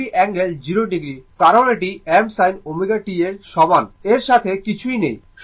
একটি angle 0o কারণ এটি m sin ω t এর সমান না এর সাথে কিছুই নেই